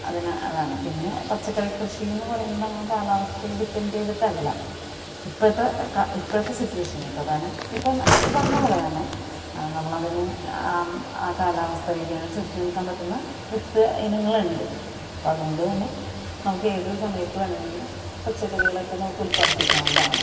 അതുതന്നെ അതാണ് പിന്നെ പച്ചക്കറി കൃഷി എന്ന് പറയുന്നത് അങ്ങനെ കാലാവസ്ഥയെ ഡിപ്പെൻഡ് ചെയ്തിട്ടല്ല ഇപ്പോഴത്തെ കാ ഇപ്പോഴത്തെ സിറ്റുവേഷൻ കേട്ടോ കാരണം ഇപ്പോൾ ഇപ്പോൾ പറഞ്ഞത് പോലെത്തന്നെ നമ്മളതിന് കാലാവസ്ഥാ വ്യതിയാനത്തിന് ചെറുത്തു നിൽക്കാൻ പറ്റുന്ന വിത്ത് ഇനങ്ങളുണ്ട് അപ്പോൾ അതുകൊണ്ട് തന്നെ നമുക്ക് ഏതൊരു സമയത്ത് വേണെമെങ്കിലും പച്ചക്കറികളൊക്കെ നമുക്ക് ഉൽപാദിപ്പിക്കാവുന്നതാണ്